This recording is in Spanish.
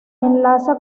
enlaza